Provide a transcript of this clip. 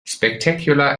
spectacular